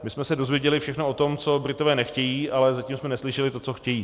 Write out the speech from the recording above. My jsme se dozvěděli všechno o tom, co Britové nechtějí, ale zatím jsme neslyšeli to, co chtějí.